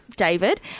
David